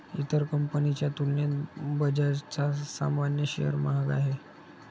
इतर कंपनीच्या तुलनेत बजाजचा सामान्य शेअर महाग आहे